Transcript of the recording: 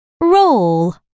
roll